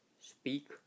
speak